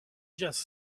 just